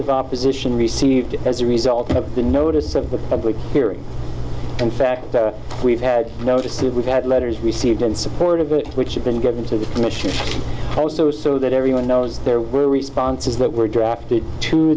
of opposition received as a result of the notice of the public hearing in fact we've had noticed that we've had letters received in support of it which have been given to the commission also so that everyone knows there were responses that were drafted to